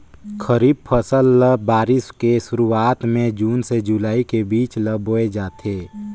खरीफ फसल ल बारिश के शुरुआत में जून से जुलाई के बीच ल बोए जाथे